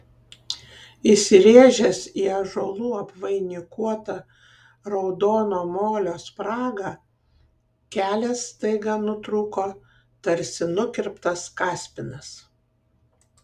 įsirėžęs į ąžuolų apvainikuotą raudono molio spragą kelias staiga nutrūko tarsi nukirptas kaspinas